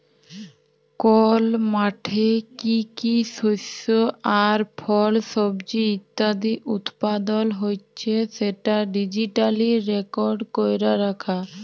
call মাঠে কি কি শস্য আর ফল, সবজি ইত্যাদি উৎপাদল হচ্যে সেটা ডিজিটালি রেকর্ড ক্যরা রাখা